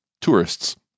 tourists